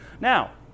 Now